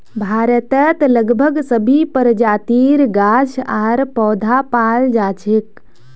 भारतत लगभग सभी प्रजातिर गाछ आर पौधा पाल जा छेक